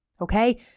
Okay